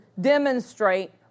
demonstrate